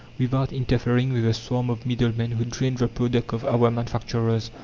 without interfering with the swarm of middlemen who drain the product of our manufacturers,